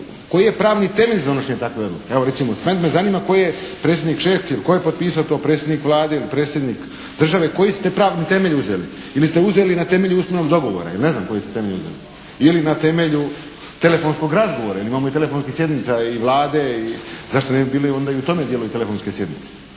Koji je pravni temelj donošenja takve odluke? Evo recimo sad me zanima tko je predsjednik, šef ili tko je to potpisao predsjednik Vlade ili Predsjednik države. Koji ste pravni temelj uzeli? Ili ste uzeli na temelju usmenog dogovora ili ne znam koji ste temelj uzeli. Ili na temelju telefonskog razgovora, jer imamo i telefonskih sjednica i Vlade i zašto ne bi bili onda i u tome dijelu i telefonske sjednice.